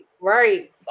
right